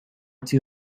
too